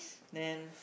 then